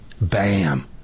bam